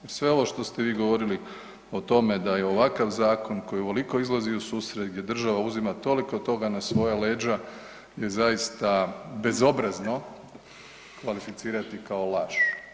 Uz sve ovo što ste vi govorili o tome da je ovakav zakon koji je ovoliko izlazio u susret gdje država uzima toliko toga na svoja leđa je zaista bezobrazno kvalificirati kao laž.